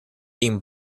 estaba